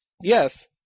Yes